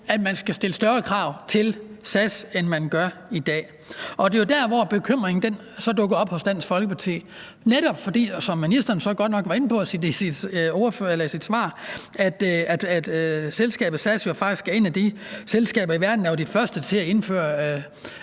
at man skal stille større krav til SAS, end man gør i dag. Det er jo der, bekymringen så dukker op hos Dansk Folkeparti. Ministeren var godt nok inde på i sit svar, at selskabet SAS jo faktisk er et af de selskaber i verden, der var de første til at indføre